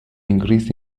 increases